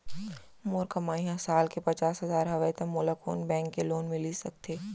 मोर कमाई ह साल के पचास हजार हवय त मोला कोन बैंक के लोन मिलिस सकथे?